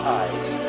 eyes